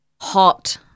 hot